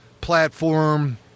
platform